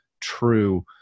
true